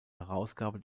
herausgabe